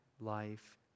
life